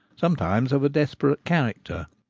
sometimes of a desperate character.